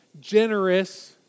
generous